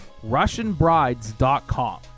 russianbrides.com